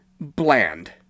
bland